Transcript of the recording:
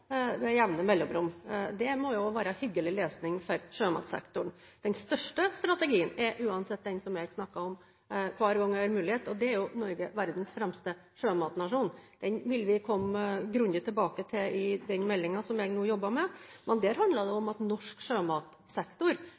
med jevne mellomrom. Det må være hyggelig lesning for sjømatsektoren. Den største strategien er uansett den som jeg snakker om hver gang jeg har mulighet: Norge – verdens fremste sjømatnasjon. Den vil vi komme grundig tilbake til i den meldingen som jeg nå jobber med, men der handler det om at norsk